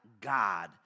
God